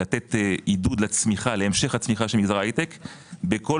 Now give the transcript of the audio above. לתת עידוד להמשך הצמיחה של מגזר ההייטק בכל